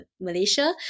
Malaysia